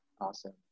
awesome